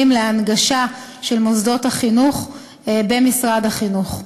להנגשה של מוסדות החינוך של משרד החינוך.